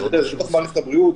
זה בשטח מערכת הבריאות,